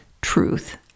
truth